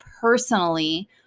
personally